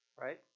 right